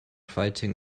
fighting